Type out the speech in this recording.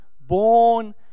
born